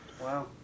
wow